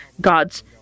God's